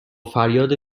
فریاد